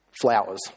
flowers